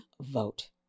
vote